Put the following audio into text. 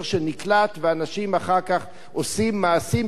ואנשים אחר כך עושים מעשים בגללו.